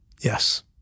Yes